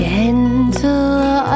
Gentle